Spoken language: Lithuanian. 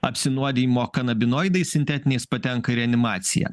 apsinuodijimo kanabinoidais sintetiniais patenka į reanimaciją